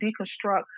deconstruct